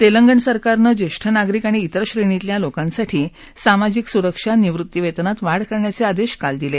तेलंगण सरकारनं ज्येष्ठ नागरिक आणि तर श्रेणीतल्या लोकांसाठी सामाजिक सुरक्षा निवृत्तीवेतनात वाढ करण्याचे आदेश काल दिले